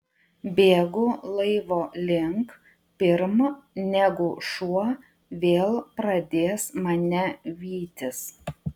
bėgu laivo link pirm negu šuo vėl pradės mane vytis